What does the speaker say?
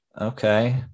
Okay